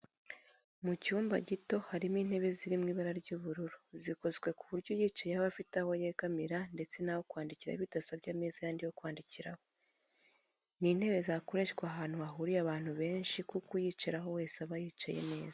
Mu cyumba gito hari intebe ziri mu ibara ry'ubururu zikozwe ku buryo uyicayeho aba afite aho yegamira ndetse n'aho kwandikira bidasabye ameza yandi yo kwandikiraho. Ni intebe zakoreshwa ahantu hahuriye abantu benshi kuko uwayicaraho wese yaba yicaye neza